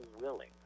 willing